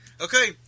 Okay